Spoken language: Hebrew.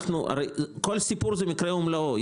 כל מקרה זה עולם ומלואו.